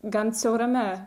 gan siaurame